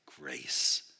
grace